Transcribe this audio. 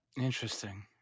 Interesting